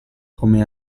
come